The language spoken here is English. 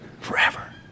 Forever